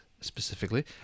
specifically